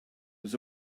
was